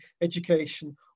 education